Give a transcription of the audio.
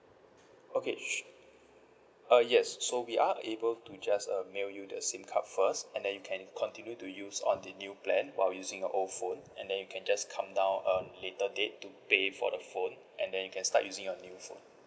okay sur~ uh yes so we are able to just uh mail you the sim card first and then you can continue to use on the new plan while using your old phone and then you can just come down um later date to pay for the phone and then you can start using your new phone